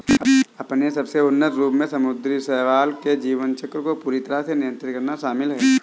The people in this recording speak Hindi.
अपने सबसे उन्नत रूप में समुद्री शैवाल के जीवन चक्र को पूरी तरह से नियंत्रित करना शामिल है